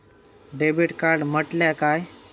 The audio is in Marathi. डेबिट कार्ड म्हटल्या काय?